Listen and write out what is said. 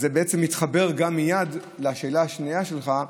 זה מתחבר מייד לשאלה השנייה שלך,